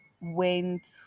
went